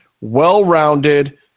well-rounded